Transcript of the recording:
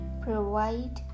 Provide